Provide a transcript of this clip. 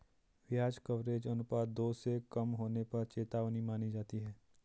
ब्याज कवरेज अनुपात दो से कम होने पर चेतावनी मानी जाती है